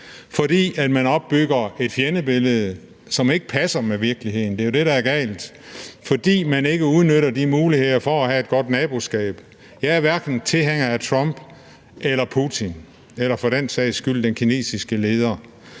fordi man opbygger et fjendebillede, som ikke passer med virkeligheden – det er jo det, der er galt – og fordi man ikke udnytter de muligheder for at have et godt naboskab. Jeg er hverken tilhænger af Trump eller Putin eller for den sags skyld den kinesiske leder.